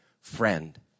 friend